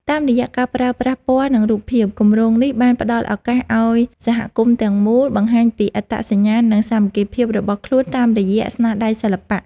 តាមរយៈការប្រើប្រាស់ពណ៌ និងរូបភាព គម្រោងនេះបានផ្ដល់ឱកាសឱ្យសហគមន៍ទាំងមូល បង្ហាញពីអត្តសញ្ញាណ និងសាមគ្គីភាពរបស់ខ្លួនតាមរយៈស្នាដៃសិល្បៈ។